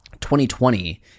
2020